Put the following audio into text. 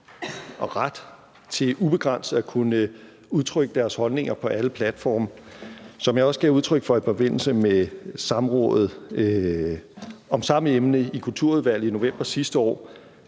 og ret til ubegrænset at kunne udtrykke deres holdninger på alle platforme. Som jeg også gav udtryk for i forbindelse med samrådet om samme emne i Kulturudvalget i november sidste år,